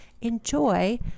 enjoy